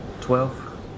Twelve